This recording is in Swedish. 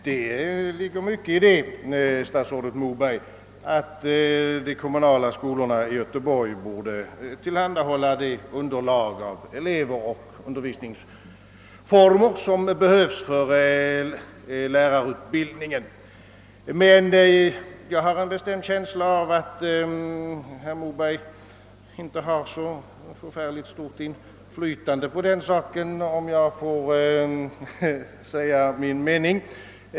Herr talman! Det ligger mycket i statsrådet Mobergs uttalande, att de kommunala skolorna i Göteborg borde tillhandahålla det underlag av elever och undervisningsformer som behövs för lärarutbildningen. Men jag har en bestämd känsla av att herr Moberg inte har så förfärligt stort inflytande på den saken, om jag får säga min mening.